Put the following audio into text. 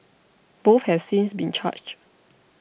both have since been charged